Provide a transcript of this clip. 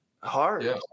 hard